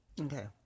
okay